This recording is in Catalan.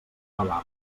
lavabo